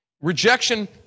rejection